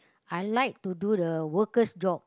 I like to do the workers' job